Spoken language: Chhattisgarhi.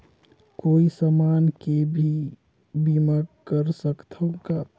कोई समान के भी बीमा कर सकथव का?